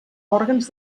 òrgans